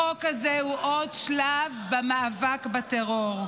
החוק הזה הוא עוד שלב במאבק בטרור.